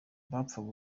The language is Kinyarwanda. bapfaga